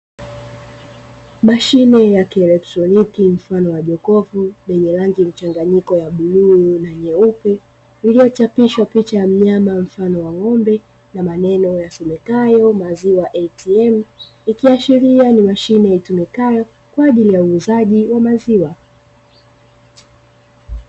Mashine ya kielektroniki mfumo wa jokofu lenye rangi mchangayiko ya bluu na nyeupe iliyochapishwa picha ya mnyama mfano wa ng'ombe na maneno yasomekayo 'Maziwa ATM'. Ikiashiria ni mashine itumikayo kwa ajili ya uuzaji wa maziwa.